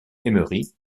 emery